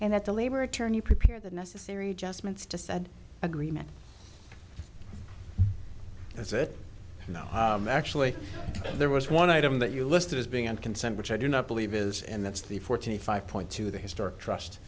and that the labor attorney prepare the necessary adjustments to said agreement that's it you know actually there was one item that you listed as being on consent which i do not believe is and that's the forty five point two the historic trust